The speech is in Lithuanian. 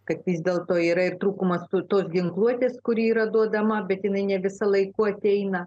kad vis dėlto yra ir trūkumas tos ginkluotės kuri yra duodama bet jinai ne visa laiku ateina